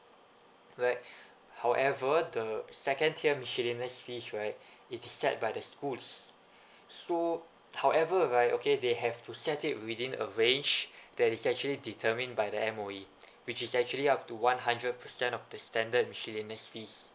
right however the second tier miscellaneous fees right it is set by the schools so however right okay they have to set it within a range that is actually determined by the M_O_E which is actually up to one hundred percent of the standard miscellaneous fee